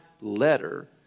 letter